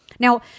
Now